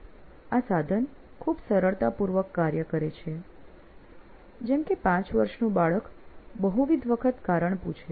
આ સાધન ખૂબ સરળતાપૂર્વક કાર્ય કરે છે જેમ કે 5 વર્ષનું બાળક બહુવિધ વખત કારણ પૂછે